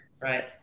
Right